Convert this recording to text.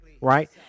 right